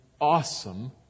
awesome